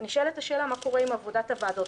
נשאלת השאלה מה קורה עם עבודת הוועדות.